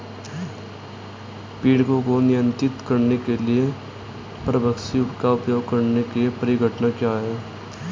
पीड़कों को नियंत्रित करने के लिए परभक्षी का उपयोग करने की परिघटना क्या है?